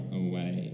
away